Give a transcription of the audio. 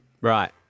Right